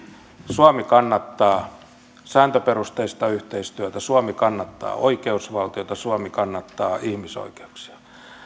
suomi kannattaa sääntöperusteista yhteistyötä suomi kannattaa oikeusvaltiota suomi kannattaa ihmisoikeuksia